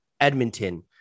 Edmonton